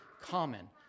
common